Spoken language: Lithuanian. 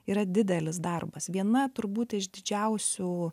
yra didelis darbas viena turbūt iš didžiausių